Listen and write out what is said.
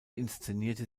inszenierte